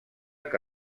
que